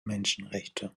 menschenrechte